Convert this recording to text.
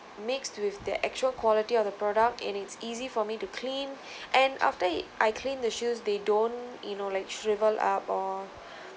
mixed with the actual quality of the product and it's easy for me to clean and after I clean the shoes they don't you know like shrivel up or